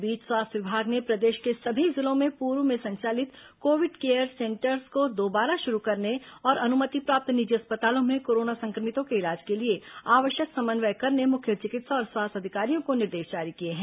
इस बीच स्वास्थ्य विभाग ने प्रदेश के सभी जिलों में पूर्व में संचालित कोविड केयर सेंटर्स को दोबारा शुरू करने और अनुमति प्राप्त निजी अस्पतालों में कोरोना संक्रमितों के इलाज के लिए आवश्यक समन्वय करने मुख्य चिकित्सा और स्वास्थ्य अधिकारियों को निर्देश जारी किए हैं